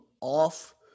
off